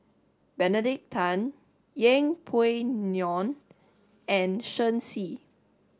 Benedict Tan Yeng Pway Ngon and Shen Xi